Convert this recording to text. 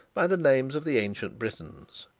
by the names of the ancient britons.